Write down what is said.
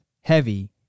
heavy